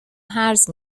هرز